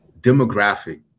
demographic